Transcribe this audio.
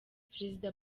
perezida